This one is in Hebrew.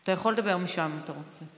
אתה יכול לדבר משם, אם אתה רוצה.